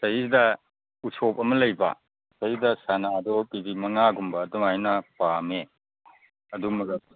ꯁꯤꯗꯩꯁꯤꯗ ꯎꯁꯣꯄ ꯑꯃ ꯂꯩꯕ ꯁꯤꯗꯩꯗ ꯁꯅꯥꯗꯣ ꯀꯦ ꯖꯤ ꯃꯉꯥꯒꯨꯝꯕ ꯑꯗꯨꯃꯥꯏꯅ ꯄꯥꯝꯃꯦ ꯑꯗꯨꯃꯒ